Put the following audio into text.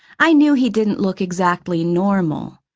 i knew he didn't look exactly normal,